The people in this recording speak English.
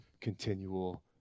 continual